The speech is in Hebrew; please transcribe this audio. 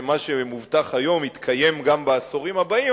מה שמובטח היום יתקיים גם בעשורים הבאים,